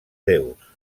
déus